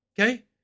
okay